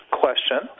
question